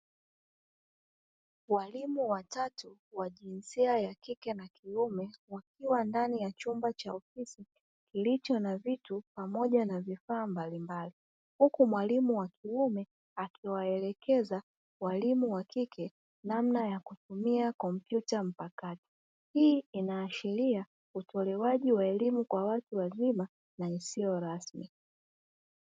Walimu watatu wa jinsia ya kike na kiume wakiwa ndani ya chumba cha ofisi, kilicho na vitu pamoja na vifaa mbalimbali. Yuko mwalimu wa kiume akiwaelekeza walimu wa kike namna ya kutumia kompyuta mpakato. Hii inaashiria utolewaji wa elimu kwa watu wazima na isiyo rasmi.